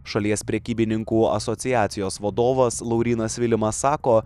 šalies prekybininkų asociacijos vadovas laurynas vilimas sako